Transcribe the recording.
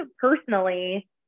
personally